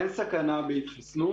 אין סכנה בהתחסנות.